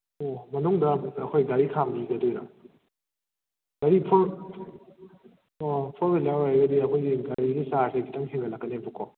ꯑꯣ ꯃꯅꯨꯡꯗ ꯑꯃꯨꯛ ꯑꯩꯈꯣꯏ ꯒꯥꯔꯤ ꯈꯥꯝꯕꯤꯒꯗꯣꯏꯔ ꯒꯥꯔꯤ ꯐꯣꯔ ꯑꯥ ꯐꯣꯔ ꯋꯤꯜꯂꯔ ꯑꯣꯏꯔꯒꯗꯤ ꯑꯩꯈꯣꯏꯒꯤ ꯒꯔꯤꯒꯤ ꯆꯥꯔꯖꯁꯦ ꯈꯤꯇꯪ ꯍꯦꯟꯒꯠꯂꯛꯀꯅꯤꯕꯀꯣ